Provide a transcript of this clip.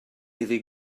iddi